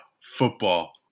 football